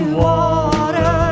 water